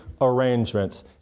arrangements